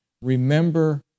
Remember